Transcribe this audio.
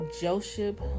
Joseph